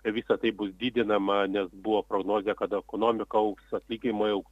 visa tai bus didinama nes buvo prognozė kad ekonomika augs atlyginimai augs